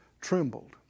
trembled